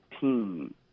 team